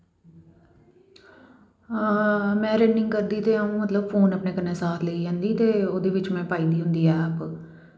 में रनिंग करदी ते अ'ऊं फोन अपने कन्नै मतलव साथ लेई जंदी ते ओह्दे बिच्च में पाई दी होंदी ऐ ऐप